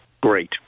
great